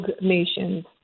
nations